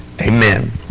Amen